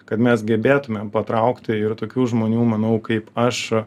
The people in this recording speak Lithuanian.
kad mes gebėtumėm patraukti ir tokių žmonių manau kaip aš